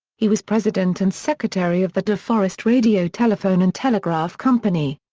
he was president and secretary of the de forest radio telephone and telegraph company.